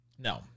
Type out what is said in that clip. No